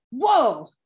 whoa